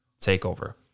takeover